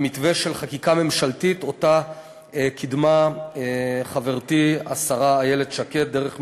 במתווה של חקיקה ממשלתית שקידמה חברתי השרה איילת שקד דרך משרדה.